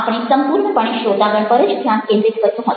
આપણે સંપૂર્ણપણે શ્રોતાગણ પર જ ધ્યાન કેન્દ્રિત કર્યું હતું